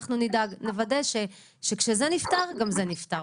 אנחנו נדאג לוודא שכשזה נפתר, גם זה נפתר.